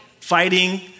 Fighting